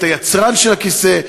את היצרן של הכיסא.